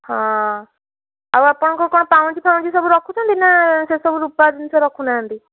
ହଁ ଆଉ ଆପଣଙ୍କ କ'ଣ ପାଉଁଜି ଫାଉଁଜି ସବୁ ରଖୁଛନ୍ତି ନା ସେ ସବୁ ରୂପା ଜିନିଷ ରଖୁ ନାହାନ୍ତି